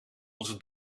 onze